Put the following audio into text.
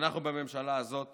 שאנחנו בממשלה הזאת